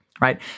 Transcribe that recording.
Right